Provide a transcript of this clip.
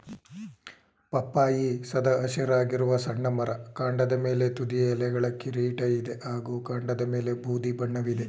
ಪಪ್ಪಾಯಿ ಸದಾ ಹಸಿರಾಗಿರುವ ಸಣ್ಣ ಮರ ಕಾಂಡದ ಮೇಲೆ ತುದಿಯ ಎಲೆಗಳ ಕಿರೀಟ ಇದೆ ಹಾಗೂ ಕಾಂಡದಮೇಲೆ ಬೂದಿ ಬಣ್ಣವಿದೆ